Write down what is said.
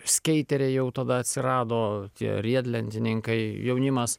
skeiteriai jau tada atsirado tie riedlentininkai jaunimas